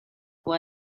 può